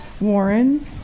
Warren